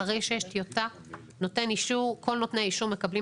זה אחרי שיש טיוטה כל נותני האישור מקבלים